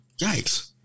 Yikes